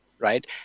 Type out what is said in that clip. right